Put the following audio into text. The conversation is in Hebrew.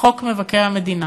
לחוק מבקר המדינה.